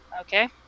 Okay